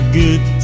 good